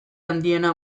handiena